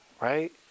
right